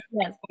yes